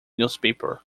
newspaper